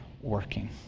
working